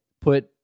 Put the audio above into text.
put